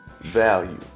value